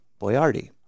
Boyardi